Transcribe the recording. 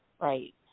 Right